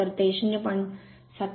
तर ते 0